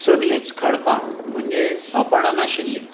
सगलींच खडपां म्हणजे सोंपणां नाशिल्लीं